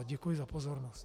Děkuji za pozornost.